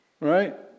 Right